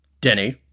Denny